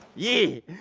yeah.